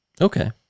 Okay